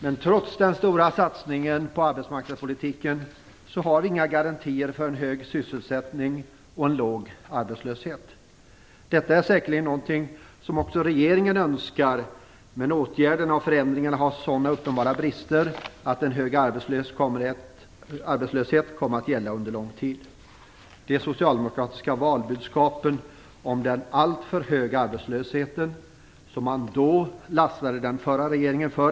Men trots den stora satsningen på arbetsmarknadspolitiken har vi inga garantier för en hög sysselsättning och en låg arbetslöshet. Detta är säkerligen någonting som också regeringen önskar, men åtgärderna och förändringarna har sådana uppenbara brister att en hög arbetslöshet kommer att gälla under en lång tid. Socialdemokraterna hade valbudskap om den alltför höga arbetslösheten, som man då lastade den förra regeringen för.